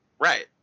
Right